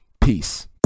peace